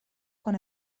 con